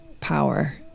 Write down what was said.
power